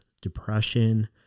depression